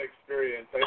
experience